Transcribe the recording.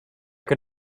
can